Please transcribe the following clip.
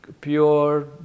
pure